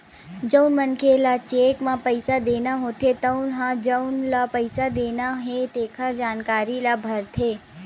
जउन मनखे ल चेक म पइसा देना होथे तउन ह जउन ल पइसा देना हे तेखर जानकारी ल भरथे